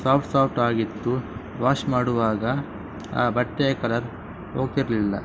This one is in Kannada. ಸಾಫ್ಟ್ ಸಾಫ್ಟ್ ಆಗಿತ್ತು ವಾಶ್ ಮಾಡುವಾಗ ಆ ಬಟ್ಟೆಯ ಕಲರ್ ಹೋಗ್ತಿರ್ಲಿಲ್ಲ